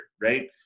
right